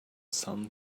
sun